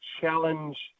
challenge